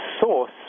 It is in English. source